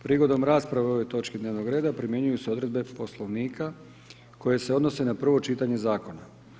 Prigodom rasprave o ovoj točki dnevnog reda primjenjuju se odredbe Poslovnika koje se odnose na prvo čitanje zakona.